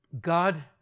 God